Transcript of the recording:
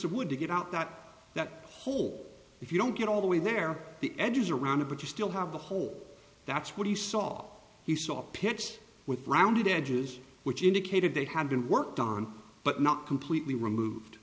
of wood to get out that that hole if you don't get all the way there the edges around it but you still have a hole that's what he saw he saw pics with rounded edges which indicated they had been worked on but not completely removed